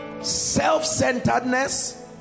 self-centeredness